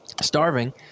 starving